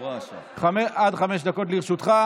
עד חמש דקות לרשותך.